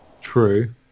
True